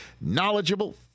knowledgeable